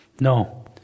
no